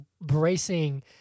bracing